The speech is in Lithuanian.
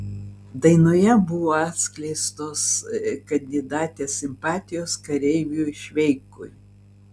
dainoje buvo atskleistos kandidatės simpatijos kareiviui šveikui